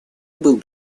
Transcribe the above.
был